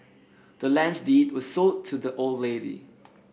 the land's deed was sold to the old lady